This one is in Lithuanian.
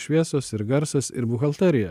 šviesos ir garsas ir buhalterija